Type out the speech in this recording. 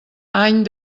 any